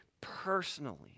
personally